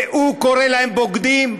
והוא קורא להם בוגדים,